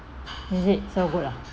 is it so good ah